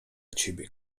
ciebie